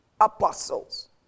apostles